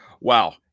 wow